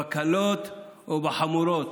בקלות או בחמורות?